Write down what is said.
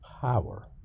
power